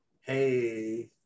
hey